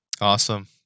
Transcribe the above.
Awesome